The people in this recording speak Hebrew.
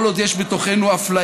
כל עוד יש בתוכנו אפליה,